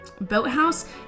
boathouse